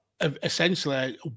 essentially